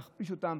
להכפיש אותן,